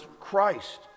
Christ